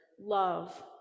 love